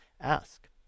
ask